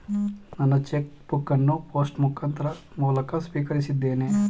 ನನ್ನ cheque book ಅನ್ನು post ಮೂಲಕ ಸ್ವೀಕರಿಸಿದ್ದೇನೆ